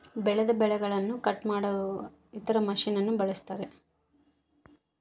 ಬೆಳೆದ ಬೆಳೆಗನ್ನ ಕಟ್ ಮಾಡಕ ಇತರ ಮಷಿನನ್ನು ಬಳಸ್ತಾರ